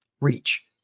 reach